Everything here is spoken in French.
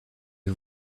est